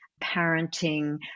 parenting